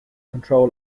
control